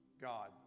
God